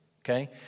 Okay